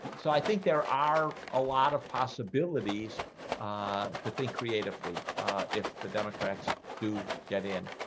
so i think there are a lot of possibilities to think creatively if the democrats do get in.